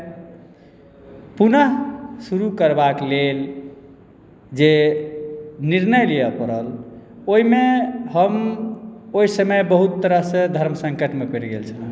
पुनः शुरु करबाके लेल जे निर्णय लियऽ पड़ल ओहिमे हम ओहि समयमे हम बहुत तरहसे धर्म सङ्कटमे पड़ि गेल छलहुँ